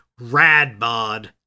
Radbod